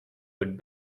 would